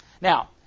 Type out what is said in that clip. Now